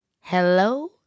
Hello